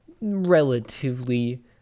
relatively